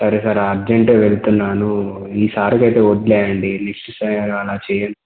సరే సార్ అర్జెంటగా వెళ్తున్నాను ఈ సార్కైతే వదిలేయండి లిస్ట్ అలా ఇచ్చి